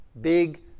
Big